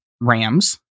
RAMs